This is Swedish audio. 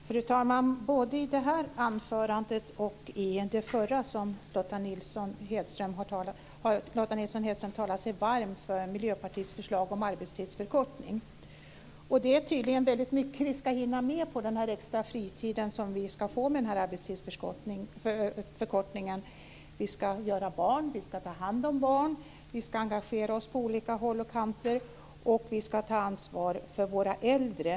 Fru talman! Både i det här och i det förra anförandet som Lotta Nilsson-Hedström höll har hon talat sig varm för Miljöpartiets förslag om arbetstidsförkortning. Det är tydligen väldigt mycket som vi ska hinna med på den extra fritid som vi ska få med den här arbetstidsförkortningen. Vi ska göra barn, vi ska ta hand om barn, vi ska engagera oss på olika håll och kanter och vi ska ta ansvar för våra äldre.